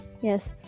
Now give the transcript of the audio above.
Yes